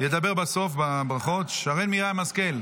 ידבר בסוף, בברכות, שרן מרים השכל,